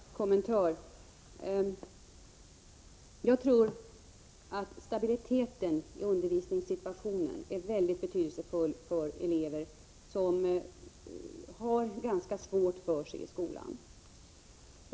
Herr talman! Jag vill komma med en enda kommentar: Jag tror att stabiliteten i undervisningssituationen är mycket betydelsefull för elever som har ganska svårt för sig i skolan.